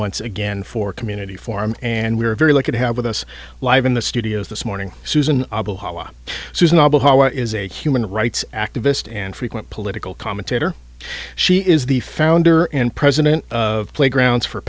once again for community forum and we're very lucky to have with us live in the studio this morning susan susan obl how is a human rights activist and frequent political commentator she is the founder and president of playgrounds for